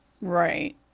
Right